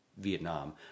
Vietnam